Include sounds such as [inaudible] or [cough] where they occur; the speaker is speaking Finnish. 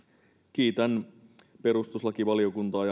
kiitän perustuslakivaliokuntaa [unintelligible]